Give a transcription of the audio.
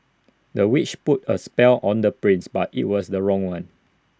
the witch put A spell on the prince but IT was the wrong one